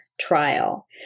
trial